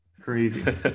Crazy